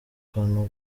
kantu